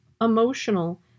emotional